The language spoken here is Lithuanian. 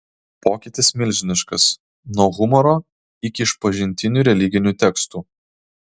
pokytis milžiniškas nuo humoro iki išpažintinių religinių tekstų